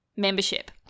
membership